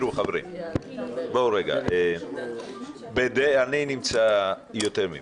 חברים, אני נמצא יותר ממיקי.